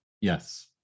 Yes